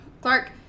Clark